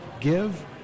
give